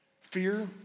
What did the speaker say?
Fear